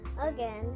Again